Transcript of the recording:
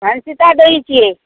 हम सीता देवी छियै